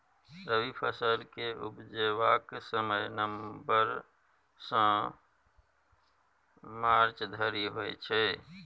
रबी फसल केँ उपजेबाक समय नबंबर सँ मार्च धरि होइ छै